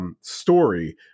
story